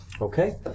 Okay